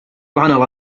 gwahanol